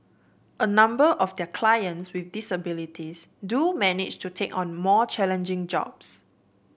a number of their clients with disabilities do manage to take on more challenging jobs